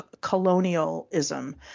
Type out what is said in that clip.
colonialism